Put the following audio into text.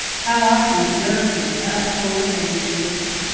how often it nerved him to uphold the family tradition!